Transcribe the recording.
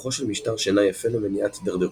כוחו של משטר שינה יפה למניעת הידרדרות.